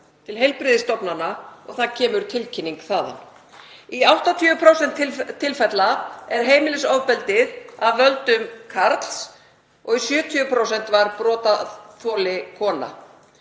til heilbrigðisstofnana og tilkynning kemur þaðan. Í 80% tilfella er heimilisofbeldið af völdum karls og í 70% var brotaþoli kona.